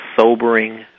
sobering